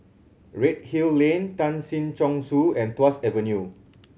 Redhill Lane Tan Si Chong Su and Tuas Avenue